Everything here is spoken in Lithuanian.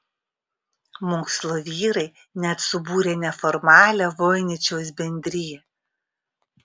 mokslo vyrai net subūrė neformalią voiničiaus bendriją